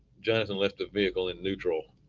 jonathan left the vehicle in neutral,